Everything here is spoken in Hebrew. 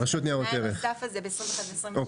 צריך להוריד את התנאי הנוסף הזה בסעיפים 21 ו-26.